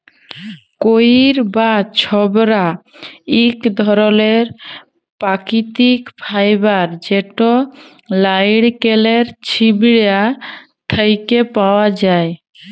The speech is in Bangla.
কইর বা ছবড়া ইক ধরলের পাকিতিক ফাইবার যেট লাইড়কেলের ছিবড়া থ্যাকে পাউয়া যায়